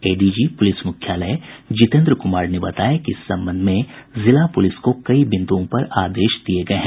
ADG police मुख्यालय जितेन्द्र कुमार ने बताया कि इस संबंध में जिला पुलिस को कई बिंद्ओं पर आदेश दिये गये हैं